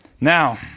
Now